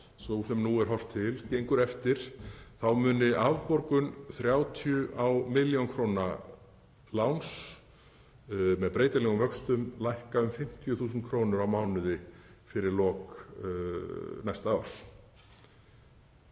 sú sem nú er horft til gengur eftir muni afborgun 30. millj. kr. láns með breytilegum vöxtum lækka um 50.000 kr. á mánuði fyrir lok næsta árs.